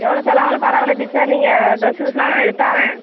எவ்வளோ செலவானாலும் பரவாயில்ல டீச்சர் நீங்கள் ட்ரெஸ்ஸு கிஸ்ஸுன்னா நான் எடுத்தாரேன்